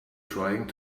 trying